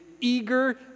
eager